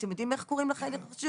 אתם יודעים איך קוראים לחדר החשוך?